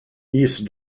east